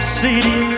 city